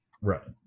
Right